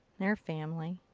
they're family.